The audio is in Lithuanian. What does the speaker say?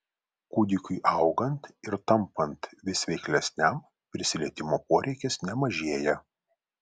kūdikiui augant ir tampant vis veiklesniam prisilietimo poreikis nemažėja